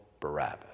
Barabbas